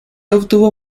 obtuvo